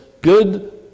good